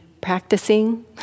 practicing